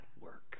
work